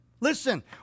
Listen